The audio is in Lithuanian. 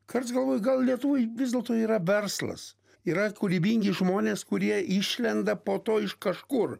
kartais galvoju gal lietuvoj vis dėlto yra verslas yra kūrybingi žmonės kurie išlenda po to iš kažkur